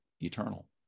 eternal